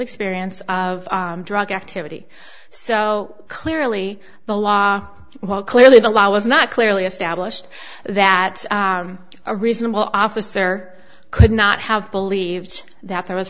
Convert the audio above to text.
experience of drug activity so clearly the law while clearly the law was not clearly established that a reasonable officer could not have believed that there was